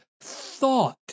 thought